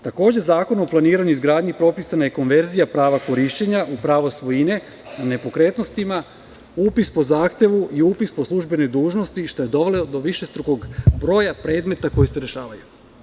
Takođe, Zakonom o planiranju i izgradnji je propisana konverzija prava korišćenja u pravo svojine nepokretnostima, upis po zahtevu i po upis po službenoj dužnosti, što je dovelo do višestrukog broja predmeta koji se rešavaju.